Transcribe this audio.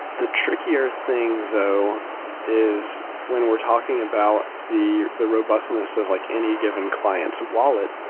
the trickier thing though is when we're talking about the the robustness of like any given client's wallet,